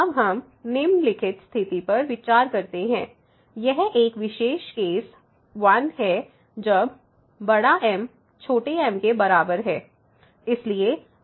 अब हम निम्नलिखित स्थिति पर विचार करते हैं यह एक विशेष केस I है जब M m है